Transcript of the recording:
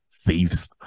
thieves